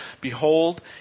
Behold